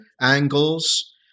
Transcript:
angles